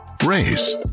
race